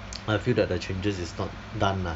I feel that the changes is not done lah